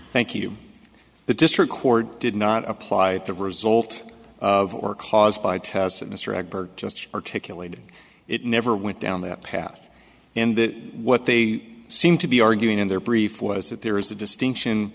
thank you the district court did not apply the result of or caused by tests that mr ebert just articulated it never went down that path and that what they seem to be arguing in their brief was that there is a distinction